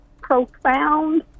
profound